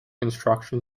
instruction